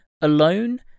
alone